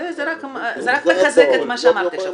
בסדר, זה רק מחזק את מה שאמרתי עכשיו.